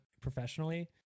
professionally